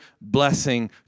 blessing